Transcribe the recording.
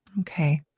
Okay